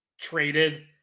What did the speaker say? traded